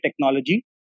technology